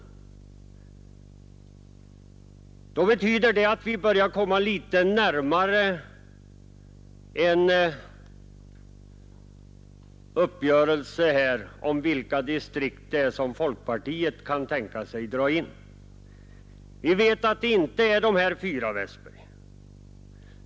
Vi börjar alltså komma litet närmare en uppgörelse om vilka distrikt det är som folkpartiet kan tänka sig att dra in. Vi vet att det inte är de här fyra, herr Westberg.